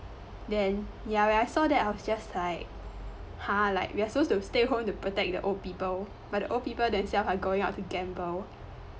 then ya when I saw that I was just like !huh! like we are supposed to stay home to protect the old people but the old people themself are going out to gamble